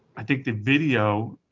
i think the video,